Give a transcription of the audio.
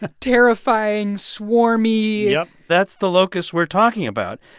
ah terrifying, swarm-y yep. that's the locusts we're talking about.